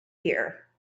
here